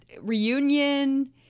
reunion